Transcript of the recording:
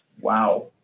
Wow